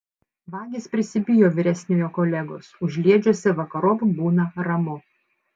vagys prisibijo vyresniojo kolegos užliedžiuose vakarop būna ramu